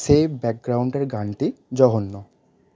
সেই ব্যাকগ্রাউন্ডের গানটি জঘন্য